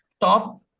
top